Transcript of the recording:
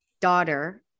daughter